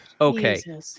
Okay